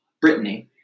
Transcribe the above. Brittany